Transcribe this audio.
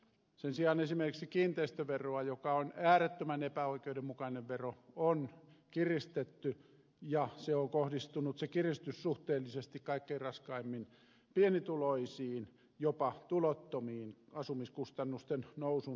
sen sijaan esimerkiksi kiinteistöveroa joka on äärettömän epäoikeudenmukainen vero on kiristetty ja se kiristys on kohdistunut suhteellisesti kaikkein raskaimmin pienituloisiin jopa tulottomiin asumiskustannusten nousun kautta